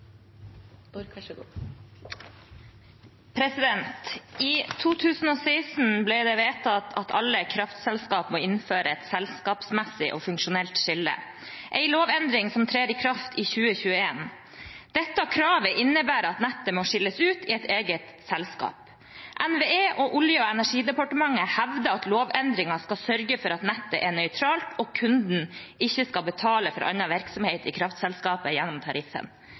I 2016 ble det vedtatt at alle kraftselskaper må innføre et selskapsmessig og funksjonelt skille, en lovendring som trer i kraft i 2021. Dette kravet innebærer at nettet må skilles ut i et eget selskap. NVE og Olje- og energidepartementet hevder at lovendringen skal sørge for at nettet er nøytralt, og at kunden ikke skal betale for annen virksomhet i kraftselskapet gjennom tariffen.